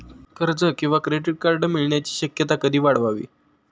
कर्ज किंवा credit card मिळण्याची शक्यता कशी वाढवावी?